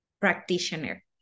practitioner